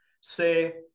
say